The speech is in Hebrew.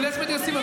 אצלך מתגייסים?